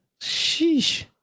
Sheesh